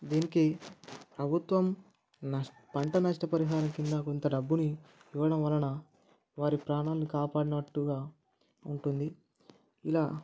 దీనికి ప్రభుత్వం నష్ట పంట నష్టపరిహారం కింద కొంత డబ్బుని ఇవ్వడం వలన వారి ప్రాణాలను కాపాడినట్టుగా ఉంటుంది ఇలా